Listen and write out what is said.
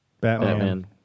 Batman